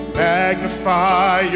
magnify